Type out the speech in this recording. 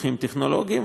פיתוחים טכנולוגיים.